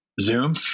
Zoom